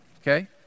Okay